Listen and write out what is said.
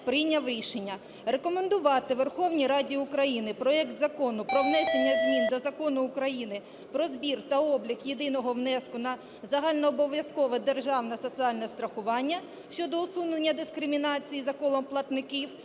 прийняв рішення рекомендувати Верховній Раді України проект Закону про внесення змін до Закону України "Про збір та облік єдиного внеску на загальнообов'язкове державне соціальне страхування" (щодо усунення дискримінації за колом платників)